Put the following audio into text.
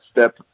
step